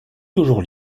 toujours